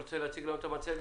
אתה רוצה להציג לנו את המצגת?